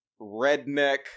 redneck